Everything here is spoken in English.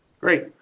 Great